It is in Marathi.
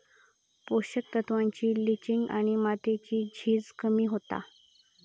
पोषक तत्त्वांची लिंचिंग आणि मातीची झीज कमी होता